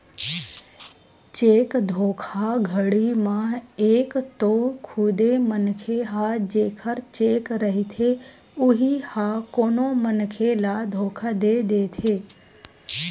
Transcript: cheque धोखाघड़ी म एक तो खुदे मनखे ह जेखर चेक रहिथे उही ह कोनो मनखे ल धोखा दे देथे